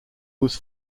was